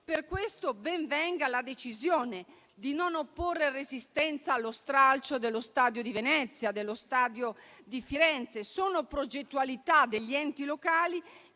Per questo ben venga la decisione di non opporre resistenza allo stralcio dello stadio di Venezia e dello stadio di Firenze, che sono progettualità degli enti locali